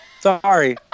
Sorry